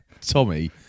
Tommy